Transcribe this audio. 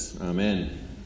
Amen